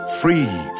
Free